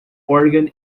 organ